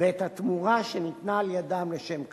ואת התמורה שניתנה על-ידם לשם כך,